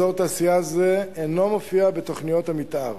אזור תעשייה זה אינו מופיע בתוכניות המיתאר,